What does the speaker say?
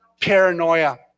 Paranoia